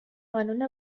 کانون